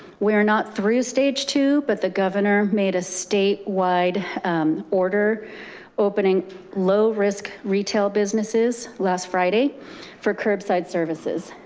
we're not through stage two, but the governor made a statewide order opening low risk retail businesses last friday for curbside services.